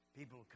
People